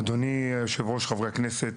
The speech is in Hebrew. אדוני היושב-ראש, חברי הכנסת.